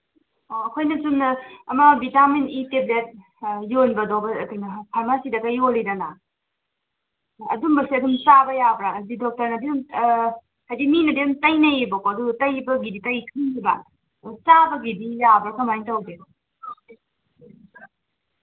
ꯑꯣ ꯑꯩꯈꯣꯏꯅ ꯆꯨꯝꯅ ꯑꯃ ꯚꯤꯇꯥꯃꯤꯟ ꯏ ꯇꯦꯕ꯭ꯂꯦꯠ ꯌꯣꯟꯕꯗꯣ ꯀꯩꯅꯣ ꯐꯥꯔꯃꯥꯁꯤꯗꯒ ꯌꯣꯜꯂꯤꯗꯅ ꯑꯗꯨꯝꯕꯁꯦ ꯑꯗꯨꯝ ꯆꯥꯕ ꯌꯥꯕ꯭ꯔꯥ ꯍꯥꯏꯗꯤ ꯗꯣꯛꯇꯔꯅꯗꯤ ꯑꯗꯨꯝ ꯍꯥꯏꯗꯤ ꯃꯤꯅꯗꯤ ꯑꯗꯨꯝ ꯇꯩꯅꯩꯌꯦꯕꯀꯣ ꯑꯗꯨ ꯇꯩꯕꯒꯤꯗꯤ ꯇꯩꯁꯟꯅꯤꯡꯕ ꯑꯣ ꯆꯥꯕꯒꯤꯗꯤ ꯌꯥꯕ꯭ꯔꯥ ꯀꯃꯥꯏ ꯇꯧꯒꯦ